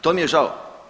To mi je žao.